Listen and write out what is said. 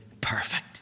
perfect